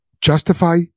justify